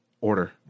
order